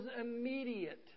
immediate